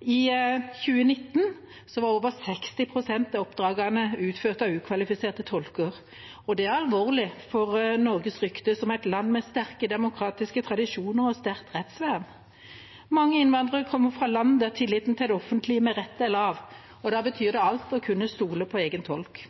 I 2019 var over 60 pst. av oppdragene utført av ukvalifiserte tolker, og det er alvorlig for Norges rykte som et land med sterke demokratiske tradisjoner og sterkt rettsvern. Mange innvandrere kommer fra land der tilliten til det offentlige med rette er lav, og da betyr det alt å kunne stole på egen tolk.